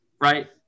right